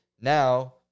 now